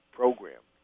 program